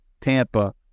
Tampa